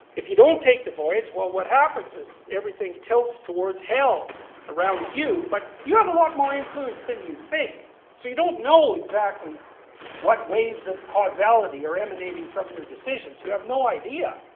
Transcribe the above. if you don't take the voyage, well what happens is everything tilts towards hell around you, but you have a lot more influence than you think. so you don't know exactly what waves of causality are emanating from your decisions. you have no idea.